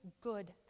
good